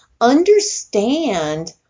understand